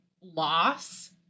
loss